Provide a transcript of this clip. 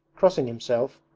crossing himself,